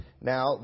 now